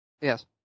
Yes